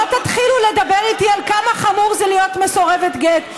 לא תתחילו לדבר איתי על כמה חמור זה להיות מסורבת גט.